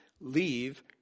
leave